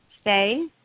Stay